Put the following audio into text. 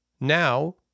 Now